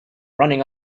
running